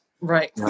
Right